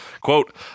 Quote